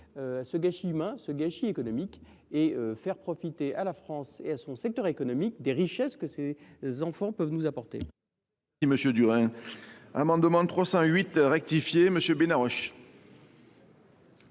ce gâchis humain et économique, et faire profiter la France et son économie des richesses que ces enfants peuvent nous apporter.